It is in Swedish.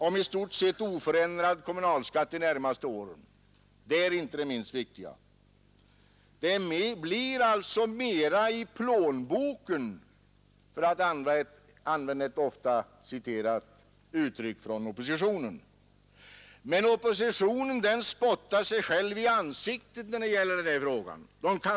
Men här låtsas man vara oerhört indignerad för att man inte kan sänka skatten med 2,5 miljarder kronor utan vidare. Skall det nu lånas upp 2,5 miljarder kronor?